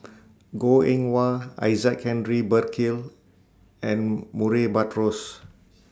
Goh Eng Wah Isaac Henry Burkill and Murray Buttrose